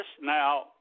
Now